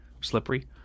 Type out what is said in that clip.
slippery